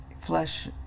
flesh